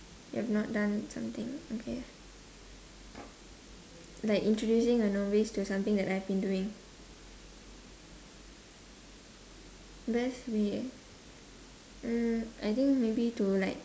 you've not done something okay like introducing a novice to something that I've been doing best way hmm I think maybe to like